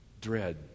dread